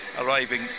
arriving